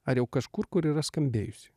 ar jau kažkur kur yra skambėjusi